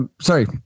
sorry